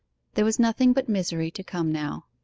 there was nothing but misery to come now.